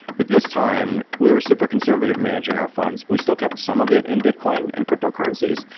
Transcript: but this time we were super conservative managing our funds. we still kept some of it in bitcoin and cryptocurrencies,